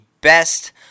best